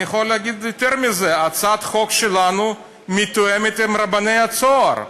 אני יכול להגיד יותר מזה: הצעת החוק שלנו מתואמת עם רבני "צהר".